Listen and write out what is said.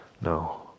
no